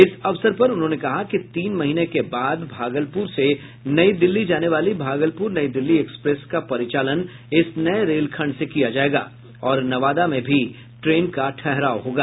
इस अवसर पर उन्होंने कहा कि तीन महीने के बाद भागलपुर से नई दिल्ली जाने वाली भागलपुर नई दिल्ली एक्सप्रेस का परिचालन इस नये रेलखंड से किया जायेगा और नवादा में भी ट्रेन का ठहराव होगा